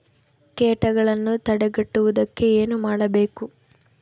ಕೇಟಗಳನ್ನು ತಡೆಗಟ್ಟುವುದಕ್ಕೆ ಏನು ಮಾಡಬೇಕು?